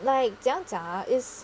like 怎样将 ah is